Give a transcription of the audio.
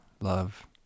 love